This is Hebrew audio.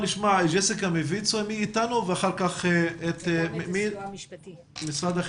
נשמע את ג'סיקה מויצ"ו ואחר כך את משרד החינוך.